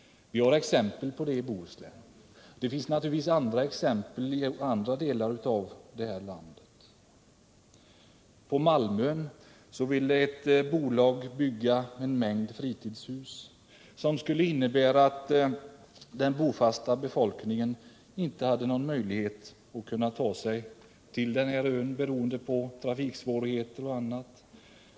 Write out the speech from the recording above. Vi har exempel på detta i Bohuslän. Det finns naturligtvis andra exempel i andra delar av detta land. På Malmön ville ett bolag bygga en mängd fritidshus, vilket skulle innebära att den bofasta befolkningen inte hade någon möjlighet att ta sig till denna ö beroende på trafiksvårigheter och annat.